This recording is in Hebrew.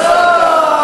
שלום.